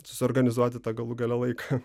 susiorganizuoti tą galų gale laiką